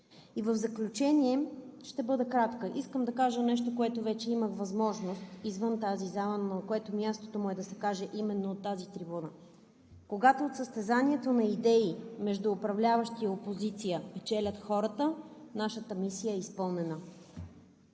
И в заключение искам да кажа нещо, което вече имах възможност да кажа извън тази зала, но на което мястото му е именно от тази трибуна: когато от състезанието на идеи между управляващи и опозиция печелят хората, нашата мисия е изпълнена.